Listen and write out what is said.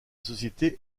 société